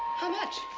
how much?